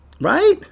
Right